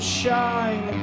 shine